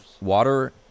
water